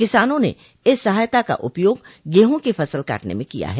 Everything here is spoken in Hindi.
किसानों ने इस सहायता का उपयोग गेंहू की फसल काटने में किया है